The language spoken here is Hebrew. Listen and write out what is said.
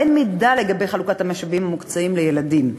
אין מידע לגבי חלוקת המשאבים המוקצים לילדים.